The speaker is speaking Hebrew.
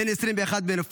בן 21 בנופלו.